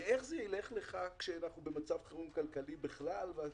איך זה ילך לך כשאנחנו במצב חירום כלכלי בכלל ועד